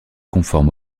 conforme